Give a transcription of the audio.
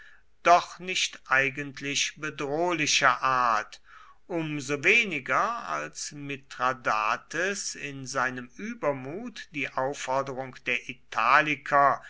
doch nicht eigentlich bedrohlicher art um so weniger als mithradates in seinem übermut die aufforderung der italiker